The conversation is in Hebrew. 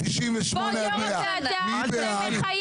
על הסתייגות 98 עד 100, מי בעד?